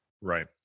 Right